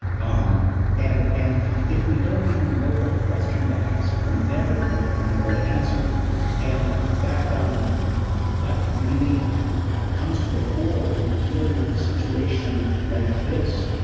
um and and if we don't even know what question to ask, we're never going to find the right answer and that um that really comes to the fore when you're dealing with a situation like this,